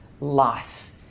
life